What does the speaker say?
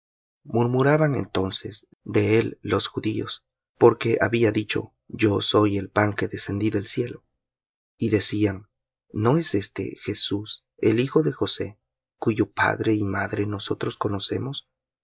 murmuraban entonces de él los judíos porque había dicho yo soy el pan que descendí del cielo y decían no es éste jesús el hijo de josé cuyo padre y madre nosotros conocemos